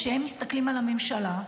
כשהם מסתכלים על הממשלה,